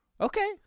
Okay